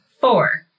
Four